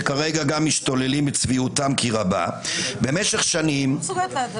שכרגע גם משתוללים בצביעותם כי רבה -- אני לא מסוגלת.